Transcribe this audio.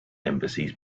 embassies